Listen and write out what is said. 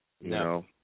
no